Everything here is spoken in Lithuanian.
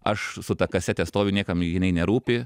aš su ta kasete stoviu niekam jinai nerūpi